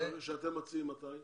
אתם מציעים מתי?